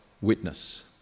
witness